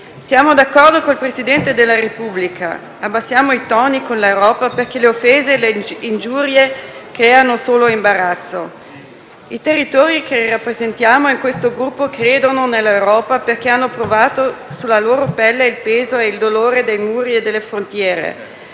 Siamo d'accordo con il Presidente della Repubblica: abbassiamo i toni con l'Europa, perché le offese e le ingiurie creano solo imbarazzo. I territori che rappresenta in questo Gruppo credono nell'Europa, perché hanno provato sulla loro pelle il peso e il dolore dei muri e delle frontiere.